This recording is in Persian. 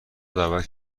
دعوت